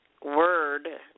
word